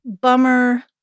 bummer